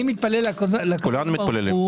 אני מתפלל לקדוש ברוך הוא --- כולנו מתפללים.